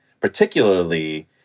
particularly